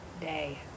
day